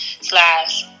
slash